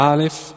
Alif